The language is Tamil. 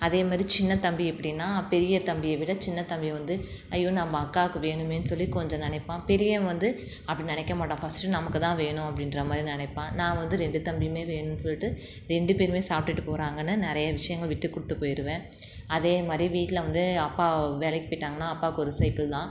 அதேமாரி சின்ன தம்பி எப்படின்னா பெரிய தம்பியை விட சின்ன தம்பி வந்து ஐயோ நம்ம அக்காவுக்கு வேணுமேன்னு சொல்லி கொஞ்சம் நினைப்பான் பெரியவன் வந்து அப்படி நினைக்க மாட்டான் ஃபர்ஸ்ட்டு நமக்குத்தான் வேணும் அப்படின்ற மாதிரி நினைப்பான் நான் வந்து ரெண்டு தம்பியுமே வேணும்னு சொல்லிவிட்டு ரெண்டு பேரும் சாப்பிட்டுட்டு போகிறாங்கன்னு நிறைய விஷயங்கள் விட்டுக் கொடுத்துப் போய்விடுவேன் அதேமாதிரி வீட்டில் வந்து அப்பா வேலைக்கு போய்ட்டாங்கன்னா அப்பாவுக்கு ஒரு சைக்கிள் தான்